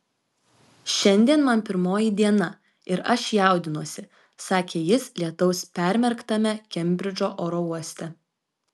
šiandien man pirmoji diena ir aš jaudinuosi sakė jis lietaus permerktame kembridžo oro uoste